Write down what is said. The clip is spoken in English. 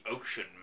ocean